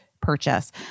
purchase